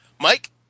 Mike